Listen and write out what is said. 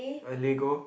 a lego